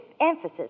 emphasis